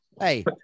Hey